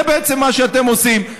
זה בעצם מה שאתם עושים.